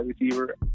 receiver